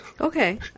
okay